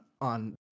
on